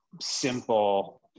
simple